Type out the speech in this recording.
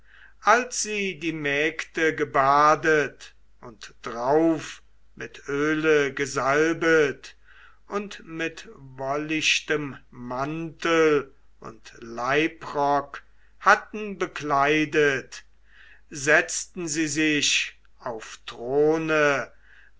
als sie die mägde gebadet und drauf mit öle gesalbet und mit wollichtem mantel und leibrock hatten bekleidet setzten sie sich auf throne